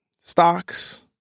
Stocks